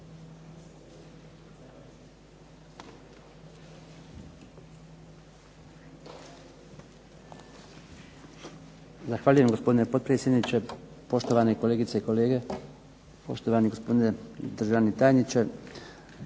Zahvaljujem gospodine potpredsjedniče. Poštovane kolegice i kolege, poštovani gospodine državni tajniče